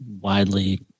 widely